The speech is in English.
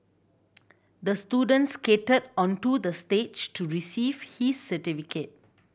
the student skated onto the stage to receive his certificate